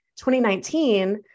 2019